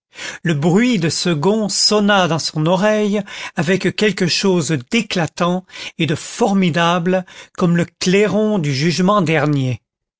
le bruit de ce gond sonna dans son oreille avec quelque chose d'éclatant et de formidable comme le clairon du jugement dernier